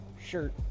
shirt